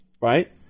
right